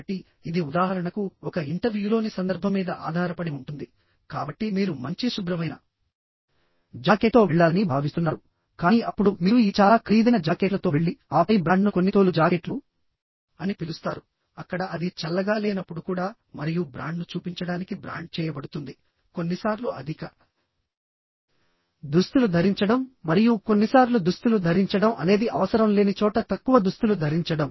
కాబట్టి ఇది ఉదాహరణకు ఒక ఇంటర్వ్యూలోని సందర్భం మీద ఆధారపడి ఉంటుంది కాబట్టి మీరు మంచి శుభ్రమైన జాకెట్తో వెళ్లాలని భావిస్తున్నారు కానీ అప్పుడు మీరు ఈ చాలా ఖరీదైన జాకెట్లతో వెళ్లి ఆపై బ్రాండ్ను కొన్ని తోలు జాకెట్లు అని పిలుస్తారు అక్కడ అది చల్లగా లేనప్పుడు కూడా మరియు బ్రాండ్ను చూపించడానికి బ్రాండ్ చేయబడుతుంది కొన్నిసార్లు అధిక దుస్తులు ధరించడం మరియు కొన్నిసార్లు దుస్తులు ధరించడం అనేది అవసరం లేని చోట తక్కువ దుస్తులు ధరించడం